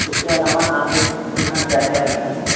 उसके अलावा आपके यहाँ क्या क्या बनता है